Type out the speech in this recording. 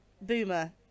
boomer